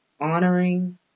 honoring